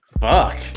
Fuck